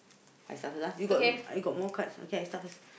I start first ah you got you got more cards okay I start first